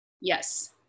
Yes